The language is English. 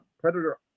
Predator